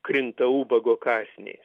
krinta ubago kąsniais